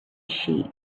sheep